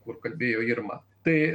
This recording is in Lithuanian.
kur kalbėjo irma tai